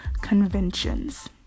conventions